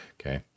Okay